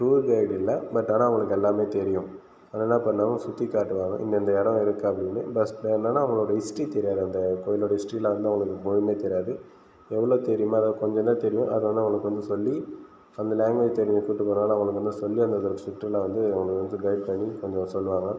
tour guide இல்லை but ஆனால் அவங்களுக்கு எல்லாமே தெரியும் அதெலாம் என்ன பண்ணுவாங்கள் சுற்றி காட்டுவாங்கள் இந்தந்த இடம் இருக்குது அப்படின்னு பட் என்னனா அவங்களோட ஹிஸ்டரி தெரியாது அந்த கோவிலோட ஹிஸ்டரிலாம் வந்து அவங்களுக்கு ஒன்றுமே தெரியாது எவ்ளோ தெரியும்னா அதாவது கொஞ்சம் தான் தெரியும் அதனால அவங்களுக்கு வந்து சொல்லி அந்த லாங்குவேஜ் தெரியும்னுட்டுங்குறதால அவங்க வந்து சொல்லி அந்த சுற்றுலா வந்து அவங்க வந்து கைடு பண்ணி கொஞ்சம் சொல்லுவாங்கள்